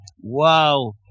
Wow